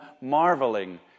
marveling